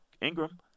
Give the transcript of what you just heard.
Ingram